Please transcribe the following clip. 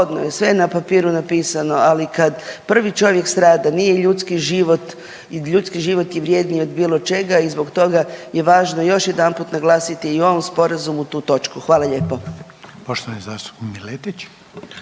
sve na papiru napisano, ali kad prvi čovjek strada, nije ljudski život, ljudski život je vrjedniji od bilo čega i zbog toga je važno još jedanput naglasiti i u ovom Sporazumu tu točku. Hvala lijepo.